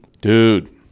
Dude